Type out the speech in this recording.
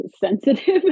sensitive